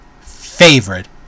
favorite